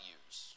use